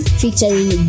featuring